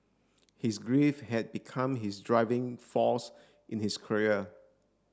his grief had become his driving force in his career